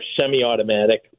semi-automatic